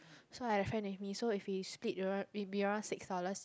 so I had a friend with me so if we split it be around six dollars